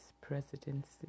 presidency